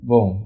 Bom